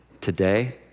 today